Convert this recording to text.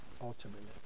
ultimately